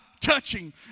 touching